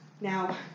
now